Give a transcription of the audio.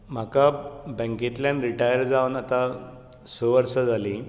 म्हाका बँकेतल्यान रिटायर जावन आता स वर्सां जाली